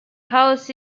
house